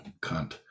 cunt